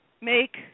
make